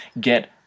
get